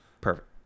perfect